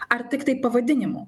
ar tiktai pavadinimu